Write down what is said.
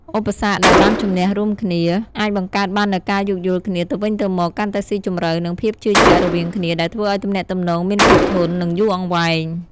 ឧបសគ្គដែលបានជម្នះរួមគ្នា អាចបង្កើតបាននូវការយោគយល់គ្នាទៅវិញទៅមកកាន់តែស៊ីជម្រៅ និងភាពជឿជាក់រវាងគ្នា ដែលធ្វើឱ្យទំនាក់ទំនងមានភាពធន់ និងយូរអង្វែង។